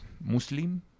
Muslim